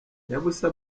nyabusa